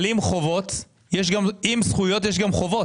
אבל עם זכויות יש גם חובות.